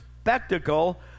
spectacle